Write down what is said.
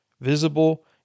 visible